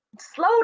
Slow